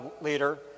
leader